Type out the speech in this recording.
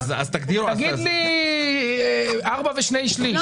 תגיד לי ארבע ושני שליש,